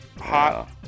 hot